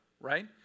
right